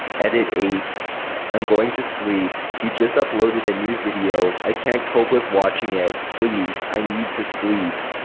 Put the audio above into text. edit eight i'm going to sleep. he just uploaded a new video. i can't cope with watching it. please. i need to sleep.